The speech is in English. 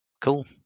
Cool